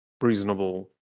reasonable